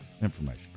information